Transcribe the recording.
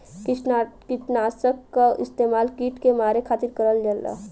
किटनाशक क इस्तेमाल कीट के मारे के खातिर करल जाला